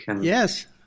Yes